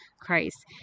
Christ